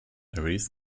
arrays